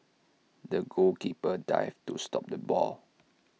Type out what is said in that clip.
the goalkeeper dived to stop the ball